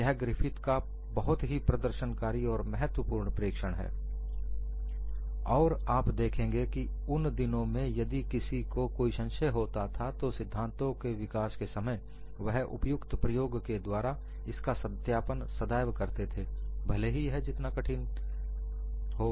यह ग्रिफिथ का बहुत ही प्रदर्शनकारी और महत्वपूर्ण प्रेक्षण है और आप देखेंगे कि उन दिनों में यदि किसी को कोई संशय होता था तो सिद्धांतों के विकास के समय वह उपयुक्त प्रयोग के द्वारा इसका सत्यापन सदैव करते थे भले ही यह जितना जटिल हो